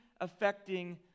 affecting